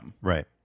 right